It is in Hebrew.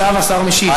עכשיו השר משיב.